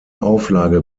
auflage